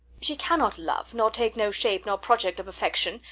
she cannot love, nor take no shape nor project of affection,